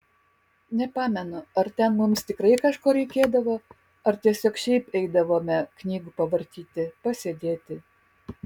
nepamenu ar ten mums tikrai kažko reikėdavo ar tiesiog šiaip eidavome knygų pavartyti pasėdėti